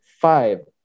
five